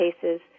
cases